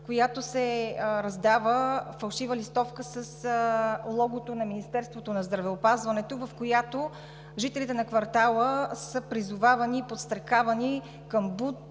която се раздава, с логото на Министерството на здравеопазването, в която жителите на квартала са призовавани и подстрекавани към бунт,